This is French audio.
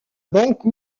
banque